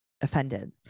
offended